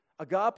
Agape